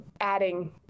adding